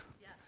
Yes